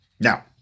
Now